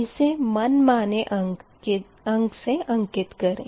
इसे मन माने अंक से अंकित करें